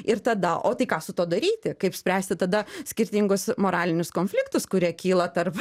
ir tada o tai ką su tuo daryti kaip spręsti tada skirtingus moralinius konfliktus kurie kyla tarp